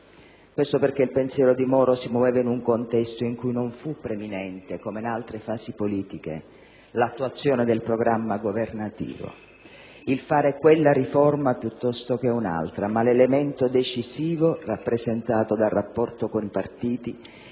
Questo perché il pensiero di Moro si muoveva in un contesto in cui non fu preminente, come in altre fasi politiche, l'attuazione del programma governativo, il fare quella riforma piuttosto che un'altra, ma l'elemento decisivo rappresentato dal rapporto con i partiti